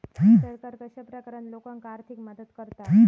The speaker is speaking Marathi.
सरकार कश्या प्रकारान लोकांक आर्थिक मदत करता?